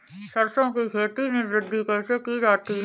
सरसो की खेती में वृद्धि कैसे की जाती है?